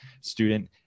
student